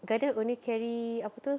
Guardian only carry apa itu